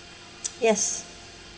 yes